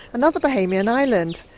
another bahamian island,